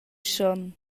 schon